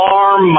arm